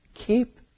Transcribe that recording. Keep